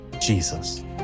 Jesus